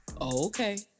Okay